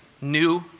new